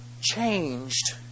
changed